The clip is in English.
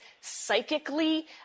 psychically